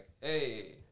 hey